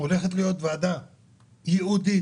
הולכת להיות ועדה ייעודית